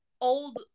Old